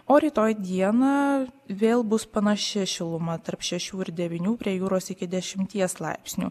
o rytoj dieną vėl bus panaši šiluma tarp šešių ir devynių prie jūros iki dešimties laipsnių